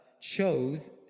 chose